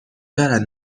دارد